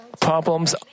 problems